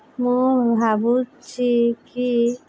ମୁଁ ଭାବୁଛି କି